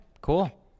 cool